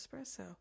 Espresso